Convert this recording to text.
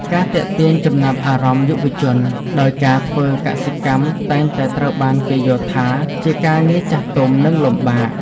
ការទាក់ទាញចំណាប់អារម្មណ៍យុវជន ដោយការធ្វើកសិកម្មតែងតែត្រូវបានគេយល់ថាជាការងារចាស់ទុំ និងលំបាក។